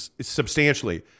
substantially